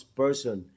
person